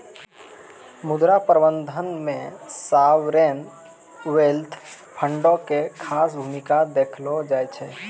मुद्रा प्रबंधन मे सावरेन वेल्थ फंडो के खास भूमिका देखलो जाय छै